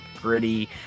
gritty